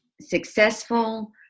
successful